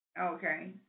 Okay